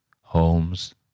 Holmes